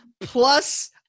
plus